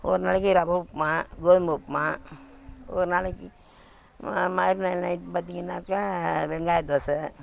ஒரு நாளைக்கு ரவை உப்புமா கோதுமை உப்புமா ஒரு நாளைக்கு ம மறுநாள் நைட் பார்த்தீங்கன்னாக்க வெங்காய தோசை